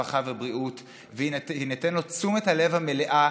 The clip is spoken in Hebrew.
הרווחה והבריאות ותינתן לו תשומת הלב המלאה,